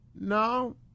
no